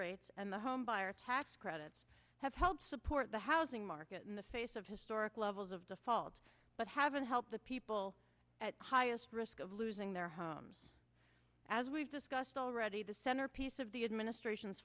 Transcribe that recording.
rates and the homebuyer tax credits have helped support the housing market in the face of historic levels of defaults but haven't helped the people at highest risk of losing their homes as we've discussed already the centerpiece of the administration's